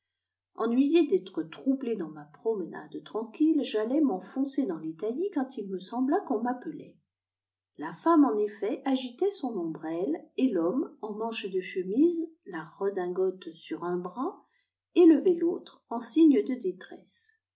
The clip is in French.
ennuyé d'être troublé dans ma promenade tranquille j'allais m'enfoncer dans les taillis quand il me sembla qu'on m'appelait la femme en effet agitait son ombrelle et l'homme en manches de chemise la redingote sur un bras élevait l'autre en signe de détresse